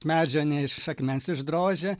medžio ne iš akmens išdrožia